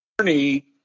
journey